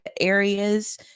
areas